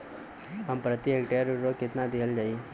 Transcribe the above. प्रति हेक्टेयर उर्वरक केतना दिहल जाई?